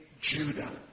Judah